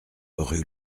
rue